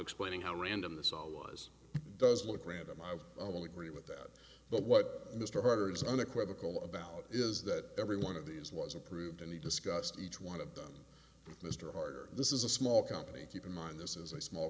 explaining how random this all was does look random i've only green with that but what mr herder is unequivocal about is that every one of these was approved and he discussed each one of them mr harder this is a small company keep in mind this is a small